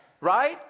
right